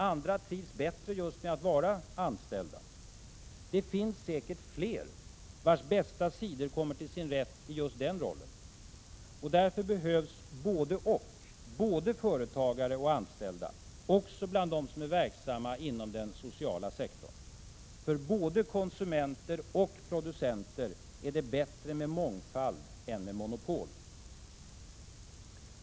Andra trivs bättre med att vara anställda. Det finns säkert fler vars bästa sidor kommer till sin rätt i just den rollen. Därför behövs både-och, både företagare och anställda, också bland dem som är verksamma inom den sociala sektorn. För både konsumenter och producenter är det bättre med mångfald än med monopol.